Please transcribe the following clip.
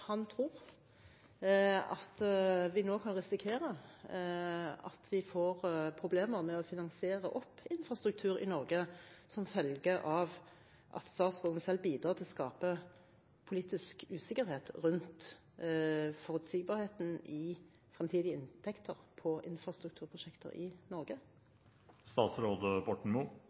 han tror at vi nå kan risikere at vi får problemer med å finansiere infrastruktur i Norge som følge av at statsråden selv bidrar til å skape politisk usikkerhet rundt forutsigbarheten for framtidige inntekter på infrastrukturprosjekter i